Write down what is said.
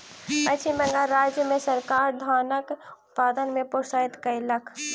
पश्चिम बंगाल राज्य मे सरकार धानक उत्पादन के प्रोत्साहित कयलक